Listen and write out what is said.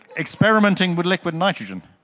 experimenting with liquid nitrogen?